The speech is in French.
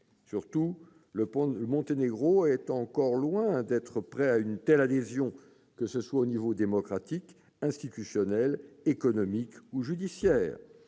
Surtout, le Monténégro est encore loin d'être prêt à une telle adhésion, aux niveaux démocratique, institutionnel, économique ou judiciaire.